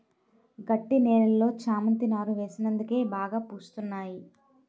గట్టి నేలలో చేమంతి నారు వేసినందుకే బాగా పూస్తున్నాయి